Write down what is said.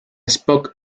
spock